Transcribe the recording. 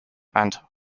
and